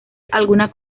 alguna